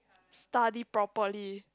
study properly